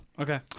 Okay